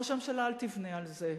ראש הממשלה, אל תבנה על זה.